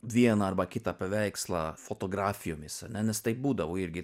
vieną arba kitą paveikslą fotografijomis ane nes taip būdavo irgi